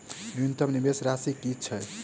न्यूनतम निवेश राशि की छई?